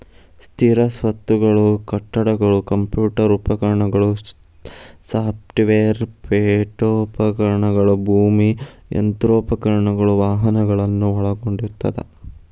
ಸ್ಥಿರ ಸ್ವತ್ತುಗಳು ಕಟ್ಟಡಗಳು ಕಂಪ್ಯೂಟರ್ ಉಪಕರಣಗಳು ಸಾಫ್ಟ್ವೇರ್ ಪೇಠೋಪಕರಣಗಳು ಭೂಮಿ ಯಂತ್ರೋಪಕರಣಗಳು ವಾಹನಗಳನ್ನ ಒಳಗೊಂಡಿರ್ತದ